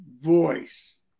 voice